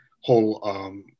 whole